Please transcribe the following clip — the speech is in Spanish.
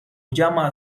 llama